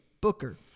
Booker